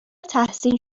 تحسین